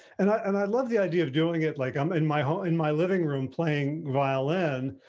and i and i love the idea of doing it like i'm in my home in my living room playing violin.